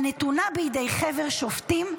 הנתונה בידי חבר השופטים ממונים,